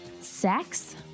Sex